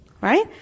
right